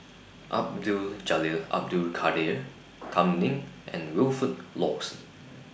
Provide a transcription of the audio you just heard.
Abdul Jalil Abdul Kadir Kam Ning and Wilfed Lawson